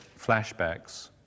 flashbacks